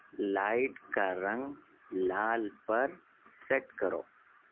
light کا رنگ لال پر سیٹ کرو